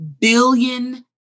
billion